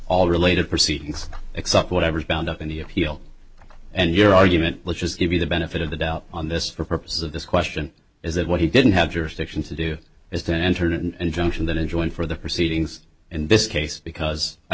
all related proceedings except whatever is bound up in the appeal and your argument let's just give you the benefit of the doubt on this for purposes of this question is that what he didn't have jurisdiction to do is to enter and junction that enjoin for the proceedings in this case because i